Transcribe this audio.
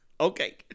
Okay